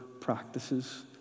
practices